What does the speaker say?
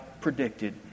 predicted